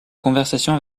conversation